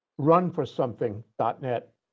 RunForSomething.net